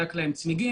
בדק להן צמיגים,